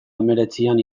hemeretzian